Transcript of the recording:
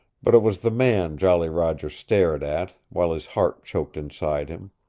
but it was the man jolly roger stared at, while his heart choked inside him.